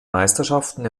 meisterschaften